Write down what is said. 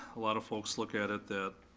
a lot of folks look at it that,